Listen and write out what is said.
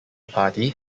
party